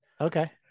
okay